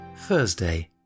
Thursday